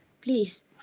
please